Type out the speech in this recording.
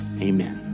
Amen